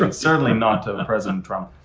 but certainly not ah president trump.